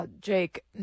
Jake